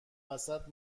وسط